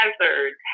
hazards